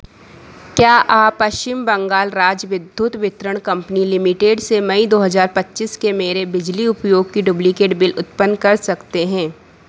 क्या आप पश्चिम बंगाल राज्य विद्युत वितरण कंपनी लिमिटेड से मई दो हज़ार पच्चीस के मेरे बिजली उपयोग की डुब्लीकेट बिल उत्पन्न कर सकते हैं